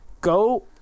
Go